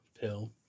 pill